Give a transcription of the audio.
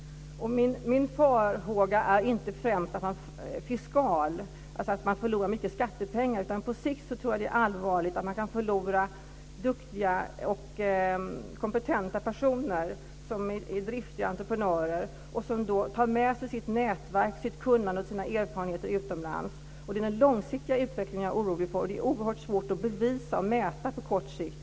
Min farhåga är inte främst fiskal, dvs. att man förlorar mycket skattepengar. Jag tror att det är allvarligt att man på sikt kan förlora duktiga och kompetenta personer, driftiga entreprenörer som tar med sitt nätverk, sitt kunnande och sina erfarenheter utomlands. Det är den långsiktiga utvecklingen som jag är orolig för. Detta är oerhört svårt att bevisa och mäta på kort sikt.